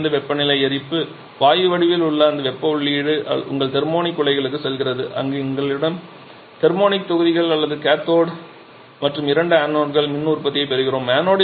மிக உயர்ந்த வெப்பநிலை எரிப்பு வாயு வடிவில் உள்ள இந்த வெப்ப உள்ளீடு உங்கள் தெர்மோனிக் உலைகளுக்குச் செல்கிறது அங்கு எங்களிடம் தெர்மோனிக் தொகுதிகள் உள்ளன கேத்தோட் மற்றும் இரண்டு அனோட்கள் மின் உற்பத்தியைப் பெறுகிறோம்